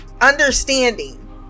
understanding